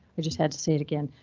we just had to say it again.